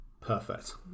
perfect